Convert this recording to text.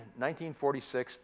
1946